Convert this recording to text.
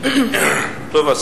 תודה רבה,